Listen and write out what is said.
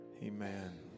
Amen